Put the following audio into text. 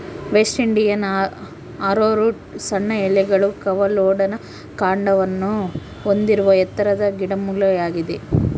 West Indian arrowroot ಸಣ್ಣ ಎಲೆಗಳು ಕವಲೊಡೆದ ಕಾಂಡವನ್ನು ಹೊಂದಿರುವ ಎತ್ತರದ ಗಿಡಮೂಲಿಕೆಯಾಗಿದೆ